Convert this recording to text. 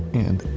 and